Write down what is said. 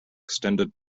extended